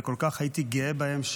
וכל כך הייתי גאה בהם,